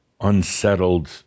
unsettled